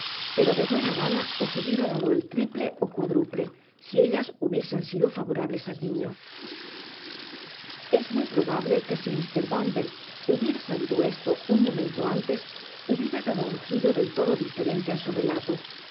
pero de buena gana os hubiera dado el triple ó cuadruple si ellas hubiesen sido favorables al niño es muy probable que si mr bumble hubiera sabido esto un momento antes hubiera dado un giro del todo diferente á su relato